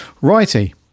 righty